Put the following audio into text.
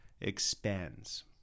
expands